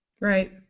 Right